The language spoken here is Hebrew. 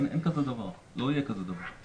אין כזה דבר, לא יהיה כזה דבר.